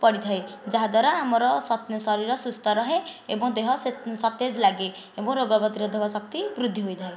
ପଡ଼ିଥାଏ ଯାହା ଦ୍ୱାରା ଆମର ଶରୀର ସୁସ୍ଥ ରହେ ଏବଂ ଦେହ ସତେଜ ଲାଗେ ଏବଂ ରୋଗ ପ୍ରତିରୋଧକ ଶକ୍ତି ବୃଦ୍ଧି ହୋଇଥାଏ